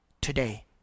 today